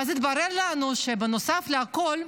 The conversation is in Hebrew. ואז התברר לנו שבנוסף לכול,